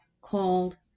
called